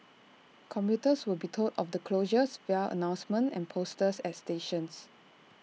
commuters will be told of the closures via announcements and posters at stations